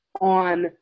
on